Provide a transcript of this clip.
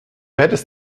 hättest